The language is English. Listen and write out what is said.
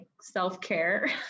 self-care